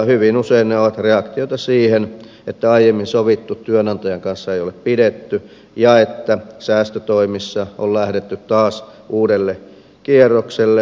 hyvin usein ne ovat reaktioita siihen että aiemmin työnantajan kanssa sovittu ei ole pitänyt ja että säästötoimissa on lähdetty taas uudelle kierrokselle